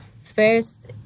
first